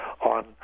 on